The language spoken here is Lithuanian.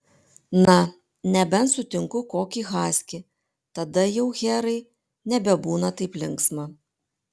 na nebent sutinku kokį haskį tada jau herai nebebūna taip linksma